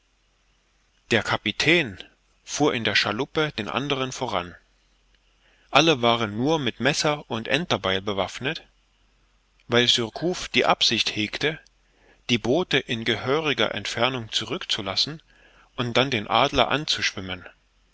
der kapitän fuhr in der schaluppe den andern voran alle waren nur mit messer und enterbeil bewaffnet weil surcouf die absicht hegte die boote in gehöriger entfernung zurückzulassen und dann den adler anzuschwimmen